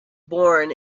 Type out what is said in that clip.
born